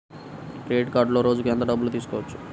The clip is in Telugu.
క్రెడిట్ కార్డులో రోజుకు ఎంత డబ్బులు తీయవచ్చు?